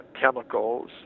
chemicals